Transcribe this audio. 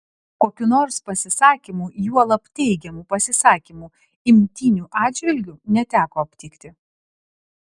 kokių nors pasisakymų juolab teigiamų pasisakymų imtynių atžvilgiu neteko aptikti